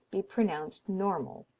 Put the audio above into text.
be pronounced normal.